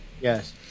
Yes